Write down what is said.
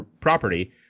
property